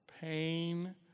pain